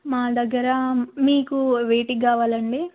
మా దగ్గర మీకు వేటికి కావాలండి